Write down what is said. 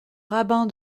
rabbin